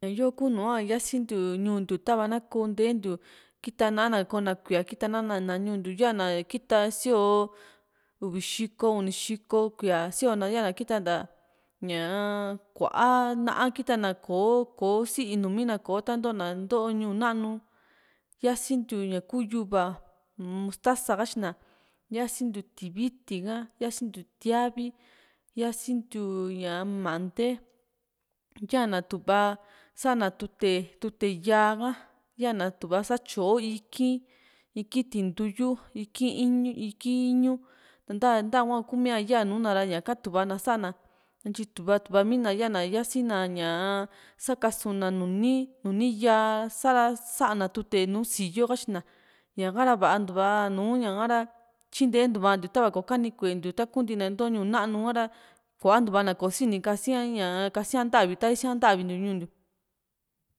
ñaa yo kuu uu´a yasintiu ñuu ntiu tava na koo ntentiu kita na´na koo´na kíaa kita na´na ná ñuu ntiu ya´na kita sioo uvi xiko uni xiko kuíaa síona yana kiata ntaa ñaa kua´a na´a kita na kò´o kò´o síi nuumi na ko tantona ntoo ñuu na´nu yasintiu ña kuu yuva mustasa katyina yasintiu tiviti ka yasintiu tiavì yasintiu ñaa mante yaa na tu´va sa´a na tute tute yaa ka yana tu´va satyo iki´n iki´n tintuyu iki´n iñú iki´n iñú ntahua kumi´a yaa nuu´na ra ñaka tu´va na sa´na ntyi tu´va tu´va mina yana yasi na ñaa sakasuna nuni nuni yaa sa´ra sa´a na tute nuni nùù síyoo katyina ñaka ra va´ntuva nùù ñaka ra tyintentua ntiu tava kò´o kani kuentiu taku ntina into ñuu nanu ra kuantu´vana kò´o sini kasia ña kasia ntavi ta isia ntavi ntiu ñuu ntiu